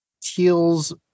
Teal's